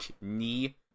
knee